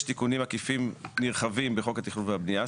יש תיקונים עקיפים נרחבים בחוק התכנון והבנייה,